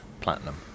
Platinum